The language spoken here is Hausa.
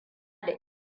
da